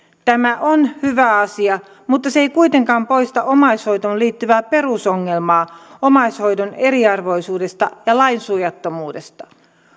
tämä on hyvä asia mutta se ei kuitenkaan poista omaishoitoon liittyvää perusongelmaa omaishoidon eriarvoisuudesta ja lainsuojattomuudesta